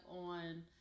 on